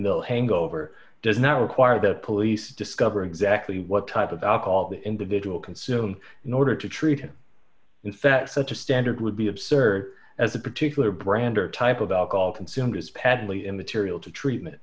mill hangover does not require the police discover exactly what type of alcohol the individual consumed in order to treat in fact such a standard would be absurd as a particular brand or type of alcohol consumed is patently immaterial to treatment